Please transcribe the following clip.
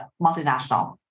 multinational